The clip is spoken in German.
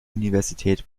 universität